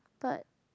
but